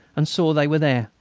and saw they were there,